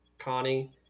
Connie